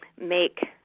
make